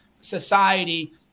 society